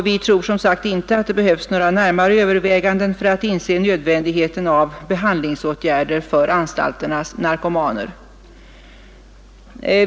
Vi tror som sagt inte att det behövs några närmare överväganden för att inse nödvändigheten av behandlingsåtgärder för kriminalvårdsanstalternas narkomaner.